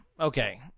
Okay